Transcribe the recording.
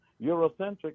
Eurocentric